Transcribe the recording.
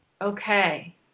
okay